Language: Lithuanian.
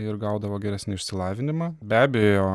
ir gaudavo geresnį išsilavinimą be abejo